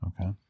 Okay